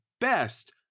best